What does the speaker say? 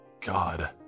God